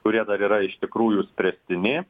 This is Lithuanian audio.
kurie yra iš tikrųjų spręstini